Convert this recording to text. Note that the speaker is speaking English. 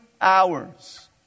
hours